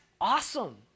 awesome